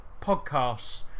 podcasts